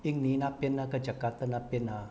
印尼那边那个 jakarta 那边 ah